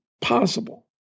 possible